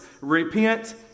repent